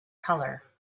color